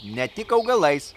ne tik augalais